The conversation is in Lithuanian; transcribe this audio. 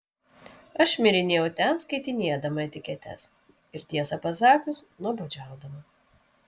aš šmirinėjau ten skaitinėdama etiketes ir tiesą pasakius nuobodžiaudama